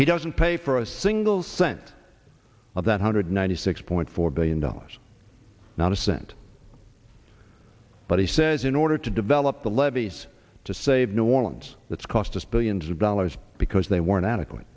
he doesn't pay for a single cent of that hundred ninety six point four billion dollars not a cent but he says in order to develop the levees to save new orleans that's cost us billions of dollars because they were inadequate